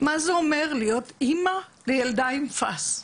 מה זה אומר להיות אמא לילדה עם פאסד.